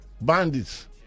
bandits